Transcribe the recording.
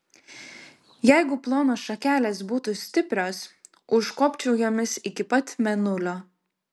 jeigu plonos šakelės būtų stiprios užkopčiau jomis iki pat mėnulio